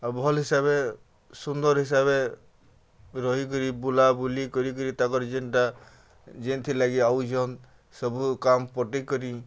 ଆଉ ଭଲ୍ ହିସାବେ ସୁନ୍ଦର୍ ହିସାବେ ରହିକିରି ବୁଲାବୁଲି କରିକିରି ତାଙ୍କର ଯେନ୍ଟା ଯେନ୍ଥିର୍ ଲାଗି ଆଉଛନ୍ ସବୁ କାମ୍ ପଟେଇକରି